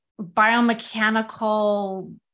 biomechanical